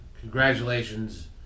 congratulations